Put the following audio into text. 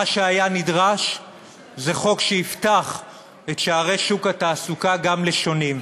מה שהיה נדרש זה חוק שיפתח את שערי שוק התעסוקה גם לשונים,